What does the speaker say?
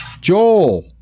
Joel